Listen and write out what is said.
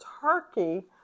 turkey